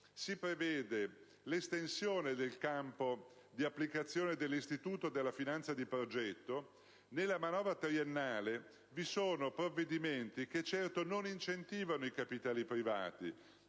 si prevede l'estensione del campo di applicazione dell'istituto della finanza di progetto, nella manovra triennale vi sono provvedimenti che certo non incentivano i capitali privati,